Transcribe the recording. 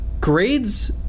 Grades